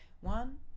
one